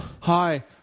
Hi